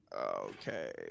okay